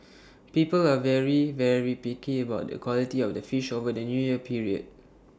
people are very very picky about the quality of the fish over the New Year period